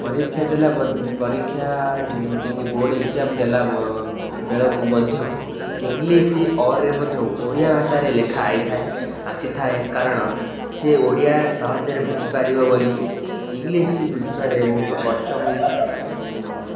ପରୀକ୍ଷା ଦେଲା ପରୀକ୍ଷା ଯେମିତି କି ବୋର୍ଡ଼ ଏକ୍ସଜାମ୍ ଦେଲା ବେଳକୁ ମଧ୍ୟ ଇଂଲିଶ ଅର୍ରେ ମଧ୍ୟ ଓଡ଼ିଆ ଭାଷାରେ ଲେଖା ଆସିଥାଏ ଆସିଥାଏ କାରଣ ସେ ଓଡ଼ିଆ ସହଜରେ ବୁଝିପାରିବ ବୋଲି ଇଂଲିଶ ବୁଝିବାରେ ବହୁତ କଷ୍ଟ ହୋଇଥାଏ